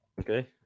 Okay